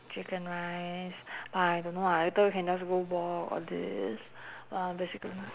chicken rice !wah! I don't know lah later we can just go walk all this !wah! basically